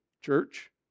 church